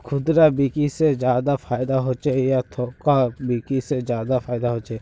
खुदरा बिक्री से ज्यादा फायदा होचे या थोक बिक्री से ज्यादा फायदा छे?